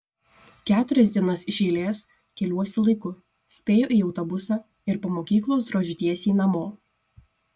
keturias dienas iš eilės keliuosi laiku spėju į autobusą ir po mokyklos drožiu tiesiai namo